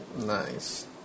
nice